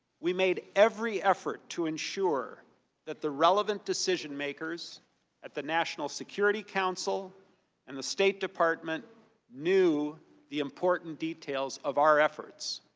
we made every effort to ensure that the relevant decision-makers at the national security council and the state department knew the important details of our efforts.